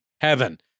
heaven